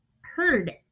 heard